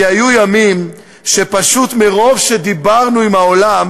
כי היו ימים שפשוט מרוב שדיברנו עם העולם